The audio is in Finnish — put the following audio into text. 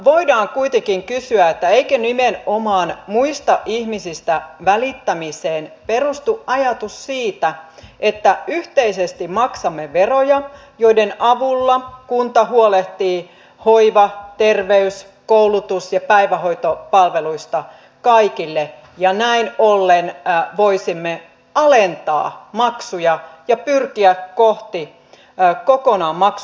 voidaan kuitenkin kysyä eikö nimenomaan muista ihmisistä välittämiseen perustu ajatus siitä että yhteisesti maksamme veroja joiden avulla kunta huolehtii hoiva terveys koulutus ja päivähoitopalveluista kaikille ja näin ollen voisimme alentaa maksuja ja pyrkiä kohti kokonaan maksutonta päivähoitoa